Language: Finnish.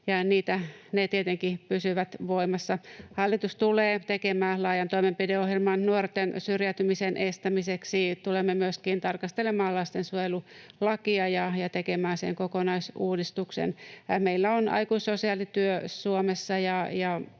ne tietenkin pysyvät voimassa. Hallitus tulee tekemään laajan toimenpideohjelman nuorten syrjäytymisen estämiseksi. Tulemme myöskin tarkastelemaan lastensuojelulakia ja tekemään siihen kokonaisuudistuksen. Meillä on aikuissosiaalityö Suomessa,